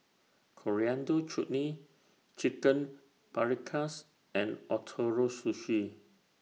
Coriander Chutney Chicken Paprikas and Ootoro Sushi